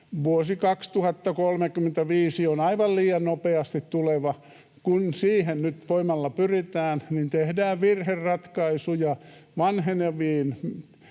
Vuosi 2035 on aivan liian nopeasti tuleva. Kun siihen nyt voimalla pyritään, niin tehdään virheratkaisuja. Vanheneviin